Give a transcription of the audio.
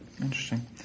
interesting